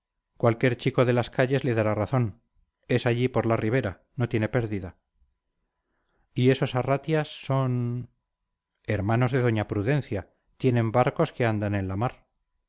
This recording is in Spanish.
cualquier chico de las calles le dará razón es allí por la ribera no tiene pérdida y esos arratias son hermanos de doña prudencia tienen barcos que andan en la mar